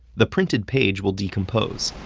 the printed page will decompose.